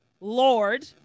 Lord